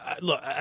look